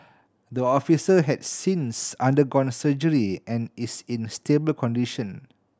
the officer has since undergone surgery and is in stable condition